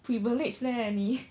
privilege leh 你